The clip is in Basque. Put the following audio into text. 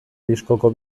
diskoko